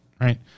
Right